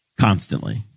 Constantly